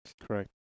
Correct